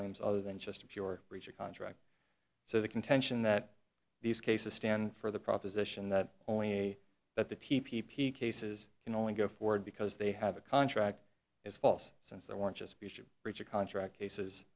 claims other than just pure breach of contract so the contention that these cases stand for the proposition that only a but the t p p cases can only go forward because they have a contract is false since they weren't just be sure breach of contract cases